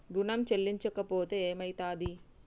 ఋణం చెల్లించకపోతే ఏమయితది?